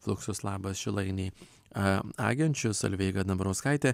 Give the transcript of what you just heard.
fluxus labas šilainiai a agenčių solveiga dambrauskaitė